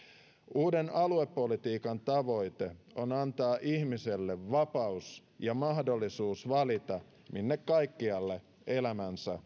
uuden aluepolitiikan tavoite on antaa ihmiselle vapaus ja mahdollisuus valita minne kaikkialle elämänsä